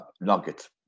Nugget